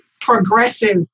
progressive